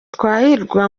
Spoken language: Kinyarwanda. turahirwa